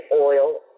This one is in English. oil